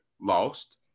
lost